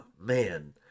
man